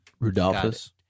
Rudolphus